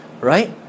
Right